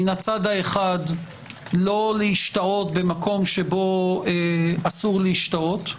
מן הצד האחד לא להשתהות במקום שבו אסור להשתהות,